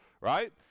right